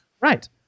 Right